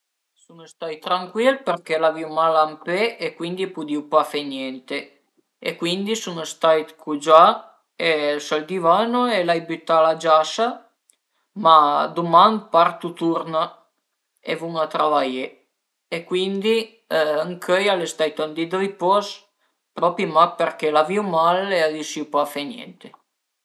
Sun stai trancuil perché l'avìu mal a ün pe e cuindi pudìu pa fe niente e cuindi sun stait cugià sël divano e l'ai bütà la giasa, ma duman partu turna e vun a travaié e cuindi ëncöi al e stait ün di d'ripos propi mach perché l'avìu mal e riüsìu pa a fe niente